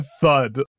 thud